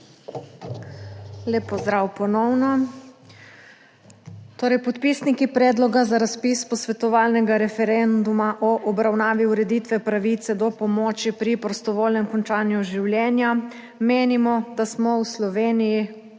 Lep pozdrav ponovno. Torej, podpisniki predloga za razpis posvetovalnega referenduma o obravnavi ureditve pravice do pomoči pri prostovoljnem končanju življenja menimo, da smo v Sloveniji,